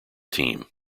team